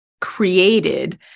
created